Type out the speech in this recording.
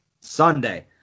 Sunday